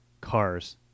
cars